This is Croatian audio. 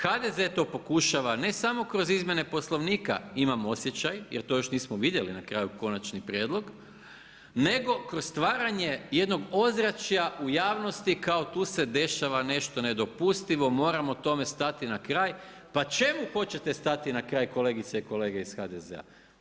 HDZ to pokušava ne samo kroz izmjene Poslovnika, imam osjećaj, jer to još nismo vidjeli na kraju konačni prijedlog, nego kroz stvaranje jednog ozračja u javnosti, kao tu se dešava nešto nedopustivo, moramo tome stati na kraj, pa čemu hoćete stati na kraj kolegice i kolege iz HDZ-a?